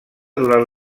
durant